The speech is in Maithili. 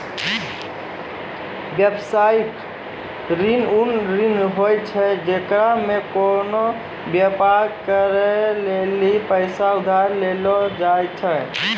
व्यवसायिक ऋण उ ऋण होय छै जेकरा मे कोनो व्यापार करै लेली पैसा उधार लेलो जाय छै